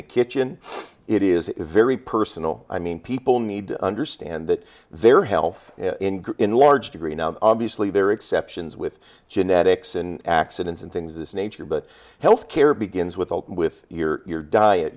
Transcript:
the kitchen it is very personal i mean people need to understand that their health in large degree now obviously there are exceptions with genetics and accidents and things of this nature but health care begins with with your